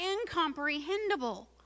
incomprehensible